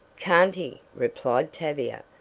can't he! replied tavia.